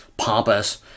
pompous